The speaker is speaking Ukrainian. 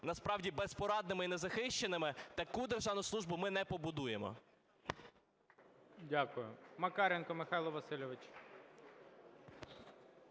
насправді безпорадними і незахищеними, таку державну службу ми не побудуємо. ГОЛОВУЮЧИЙ. Дякую. Макаренко Михайло Васильович.